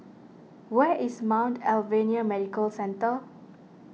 where is Mount Alvernia Medical Centre